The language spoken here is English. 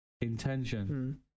intention